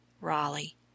Raleigh